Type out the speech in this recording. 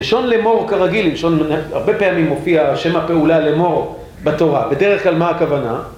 לשון לאמור כרגיל, הרבה פעמים מופיע שם הפעולה לאמור בתורה, בדרך כלל מה הכוונה?